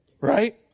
Right